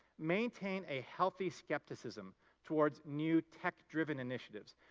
maintain a healthy skepticism towards new tech-driven initiatives.